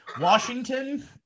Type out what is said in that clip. Washington